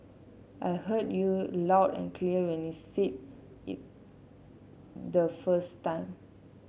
I heard you loud and clear when you said it the first time